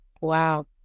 Wow